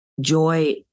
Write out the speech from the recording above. joy